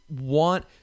want